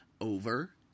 over